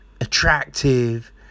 attractive